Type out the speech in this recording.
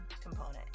component